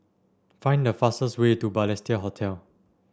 find the fastest way to Balestier Hotel